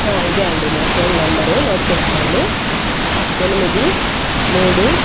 ఆ ఇదే అండి నా సేమ్ నెంబర్ నోట్ చేస్కోండి ఎనిమిది మూడు